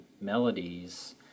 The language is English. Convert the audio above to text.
melodies